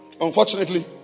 Unfortunately